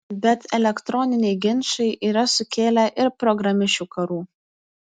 bet elektroniniai ginčai yra sukėlę ir programišių karų